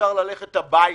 אפשר ללכת הביתה.